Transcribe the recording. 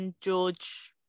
George